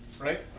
Right